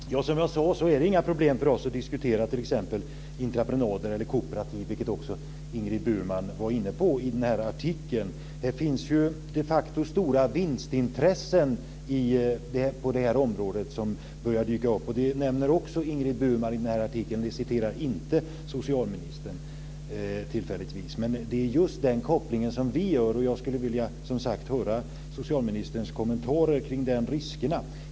Fru talman! Som jag sade är det inga problem för oss att diskutera t.ex. intraprenader eller kooperativ, vilket också Ingrid Burman var inne på i den här artikeln. Det finns de facto stora vinstintressen på det här området som börjar dyka upp. Det nämner också Ingrid Burman i artikeln, men det citerar inte socialministern, tillfälligtvis. Det är just den kopplingen som vi gör. Jag skulle, som sagt var, vilja höra ministerns kommentar kring de riskerna.